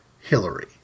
Hillary